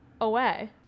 away